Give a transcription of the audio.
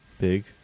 big